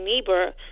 neighbor